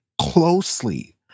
closely